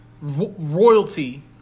royalty